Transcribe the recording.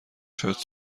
شاید